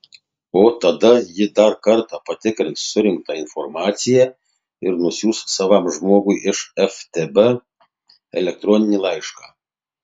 o tada ji dar kartą patikrins surinktą informaciją ir nusiųs savam žmogui iš ftb elektroninį laišką